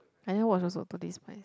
I never watch also Totally Spies